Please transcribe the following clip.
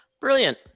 Brilliant